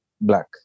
black